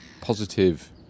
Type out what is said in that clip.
positive